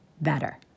better